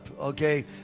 okay